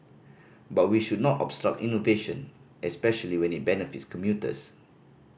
but we should not obstruct innovation especially when it benefits commuters